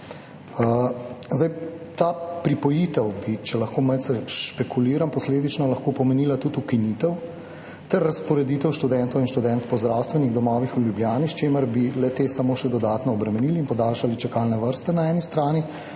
bi lahko pomenila, če lahko malce špekuliram, posledično tudi ukinitev ter razporeditev študentov in študentk po zdravstvenih domovih v Ljubljani, s čimer bi le-te samo še dodatno obremenili in podaljšali čakalne vrste na eni strani,